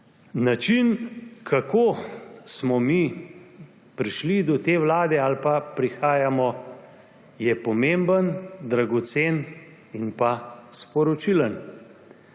Način, kako smo mi prišli do te vlade ali pa prihajamo, je pomemben, dragocen in pa sporočilen.